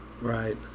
right